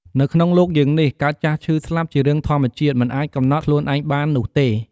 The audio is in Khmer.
នៅក្នុងលោកយើងនេះកើតចាស់ឈឺស្លាប់ជារឿងធម្មជាតិមិនអាចកំណត់ខ្លួនឯងបាននោះទេ។